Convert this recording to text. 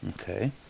Okay